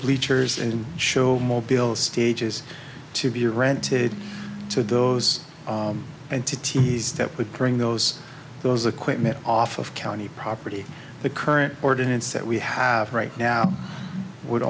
bleachers and show mall bill stages to be rented to those entities that would bring those those equipment off of county property the current ordinance that we have right now would